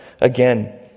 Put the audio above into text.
again